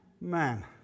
Man